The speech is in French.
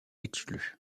exclue